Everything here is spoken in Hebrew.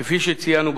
כפי שציינו בעבר,